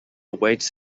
awaits